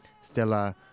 Stella